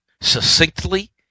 succinctly